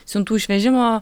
siuntų išvežimo